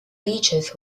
beaches